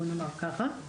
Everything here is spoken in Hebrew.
בוא נאמר ככה.